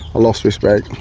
lost respect.